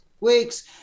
weeks